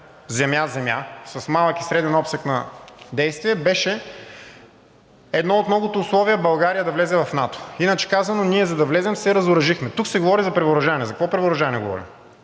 „Земя-земя“ с малък и среден обсег на действие беше едно от многото условия България да влезе в НАТО. Иначе казано, ние, за да влезем, се разоръжихме. Тук се говори за превъоръжаване. За какво превъоръжаване говорим?